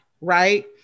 right